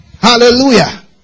hallelujah